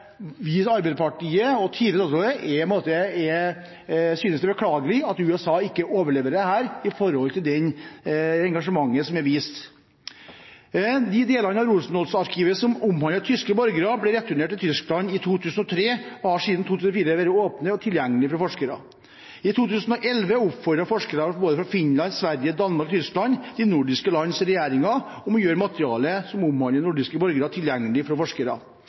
vi i Arbeiderpartiet og tidligere statsråder synes det er beklagelig at USA ikke overleverer dette med tanke på det engasjementet som er vist. De deler av Rosenholz-arkivet som omhandler tyske borgere, ble returnert til Tyskland i 2003 og har siden 2004 vært åpent og tilgjengelig for forskere. I 2011 oppfordret forskere fra både Finland, Sverige, Danmark og Tyskland de nordiske lands regjeringer til å gjøre materialet som omhandler nordiske borgere, tilgjengelig for forskere.